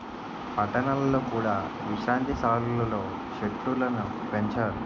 పట్టణాలలో కూడా విశ్రాంతి సాలలు లో చెట్టులను పెంచాలి